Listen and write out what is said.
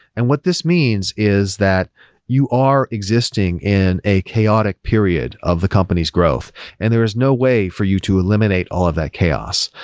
and what this means is that you are existing in a chaotic period of the company's growth and there is no way for you to eliminate all of that chaos.